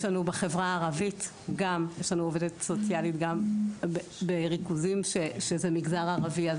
יש לנו עובדת סוציאלית גם בריכוזים שזה מגזר ערבי.